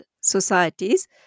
societies